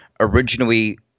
Originally